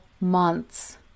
months